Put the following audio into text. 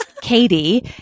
Katie